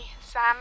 Sam